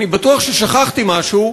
אני בטוח ששכחתי משהו,